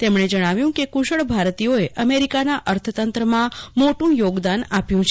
તેમજ્ઞે જજ્ઞાવ્યું કે કુશળ ભારતીયોએ અમેરિકાના અર્થતંત્રમાં મોટું યોગદાન આપ્યું છે